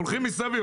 הולכים מסביב.